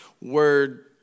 word